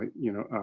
you know,